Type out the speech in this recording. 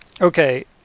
okay